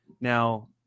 Now